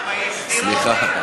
אה, סליחה.